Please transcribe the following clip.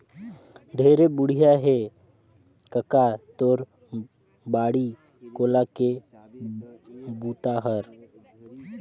ढेरे बड़िया हे कका तोर बाड़ी कोला के बूता हर